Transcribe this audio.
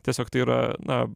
tiesiog tai yra na